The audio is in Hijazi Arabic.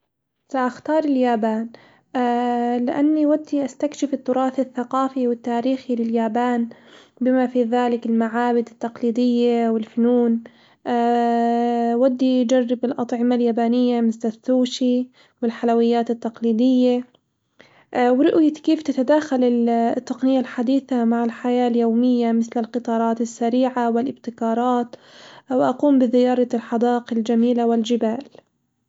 سأختار اليابان، لأني ودي أستكشف التراث الثقافي والتاريخي لليابان، بما في ذلك المعابد التقليدية والفنون، ودّي جرب الأطعمة اليابانية مثل السوشي والحلويات التقليدية، ورؤية كيف تتداخل ال التقنية الحديثة مع الحياة اليومية مثل القطارات السريعة والابتكارات وأقوم بزيارة الحدائق الجميلة والجبال.